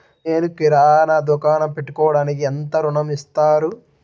నేను కిరాణా దుకాణం పెట్టుకోడానికి ఎంత ఋణం ఇస్తారు?